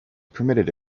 permitted